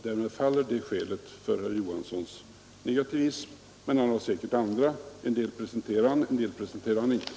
Därmed faller det skälet för herr Johanssons negativism, men han har säkert andra. En del presenterade han, en del presenterade han inte.